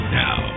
now